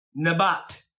Nabat